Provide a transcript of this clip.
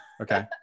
Okay